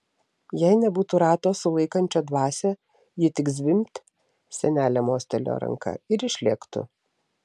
jei nebūtų rato sulaikančio dvasią ji tik zvimbt senelė mostelėjo ranka ir išlėktų